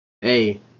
hey